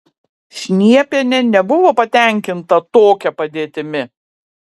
šniepienė nebuvo patenkinta tokia padėtimi